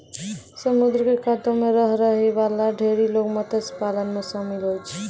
समुद्र क कातो म रहै वाला ढेरी लोग मत्स्य पालन म शामिल होय छै